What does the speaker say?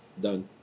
done